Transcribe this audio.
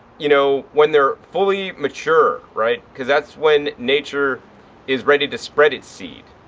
you know, when they're fully mature, right. because that's when nature is ready to spread it's seed.